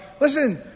listen